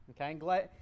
Okay